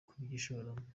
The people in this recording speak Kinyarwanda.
kubyishoramo